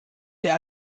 der